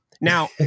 now